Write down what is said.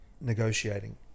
negotiating